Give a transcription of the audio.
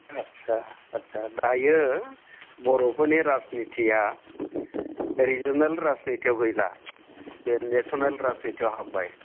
आच्चा आच्चा दायो बर'फोरनि राजनितिया रिजोनेल राजनितियाव गैला बे नेसनेल राजनितियाव हाबबाय